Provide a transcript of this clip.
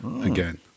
again